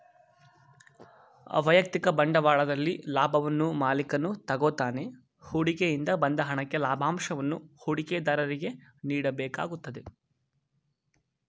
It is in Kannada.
ವೈಯಕ್ತಿಕ ಬಂಡವಾಳದಲ್ಲಿ ಲಾಭವನ್ನು ಮಾಲಿಕನು ತಗೋತಾನೆ ಹೂಡಿಕೆ ಇಂದ ಬಂದ ಹಣಕ್ಕೆ ಲಾಭಂಶವನ್ನು ಹೂಡಿಕೆದಾರರಿಗೆ ನೀಡಬೇಕಾಗುತ್ತದೆ